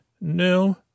No